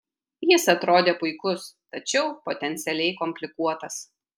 jis atrodė puikus tačiau potencialiai komplikuotas